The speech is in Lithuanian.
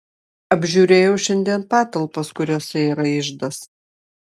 apžiūrėjau šiandien patalpas kuriose yra iždas